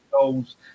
goals